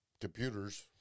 computers